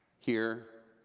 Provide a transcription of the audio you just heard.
here,